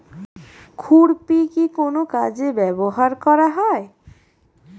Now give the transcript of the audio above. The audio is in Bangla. খুরপি কি কোন কাজে ব্যবহার করা হয়?